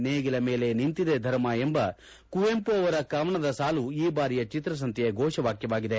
ನೇಗಿಲ ಮೇಲೆ ನಿಂತಿದೆ ಧರ್ಮ ಎಂಬ ಕುವೆಂಪು ಅವರ ಕವನದ ಸಾಲು ಈ ಬಾರಿಯ ಚಿತ್ರಸಂತೆಯ ಘೋಷವಾಕ್ಖವಾಗಿದೆ